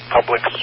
Public